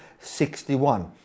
61